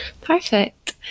Perfect